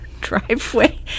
driveway